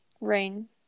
Rain